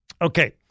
Okay